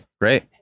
Great